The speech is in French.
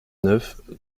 neuf